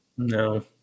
No